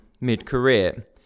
mid-career